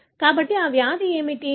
కాబట్టి ఈ వ్యాధి ఏమిటి